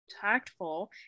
tactful